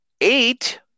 eight